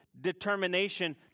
determination